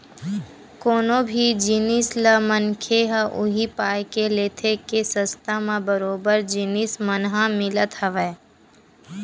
कोनो भी जिनिस ल मनखे ह उही पाय के लेथे के सस्ता म बरोबर जिनिस मन ह मिलत हवय